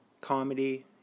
Comedy